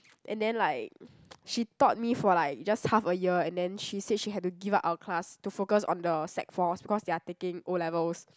and then like she taught me for like just half a year and then she said she had to give up our class to focus on the sec four because they are taking O-levels